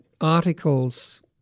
articles